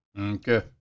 Okay